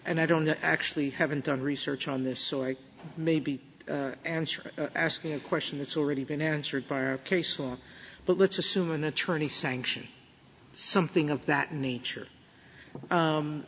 and i don't actually haven't done research on this so i may be answering asking a question that's already been answered by our case law but let's assume an attorney sanction something of that nature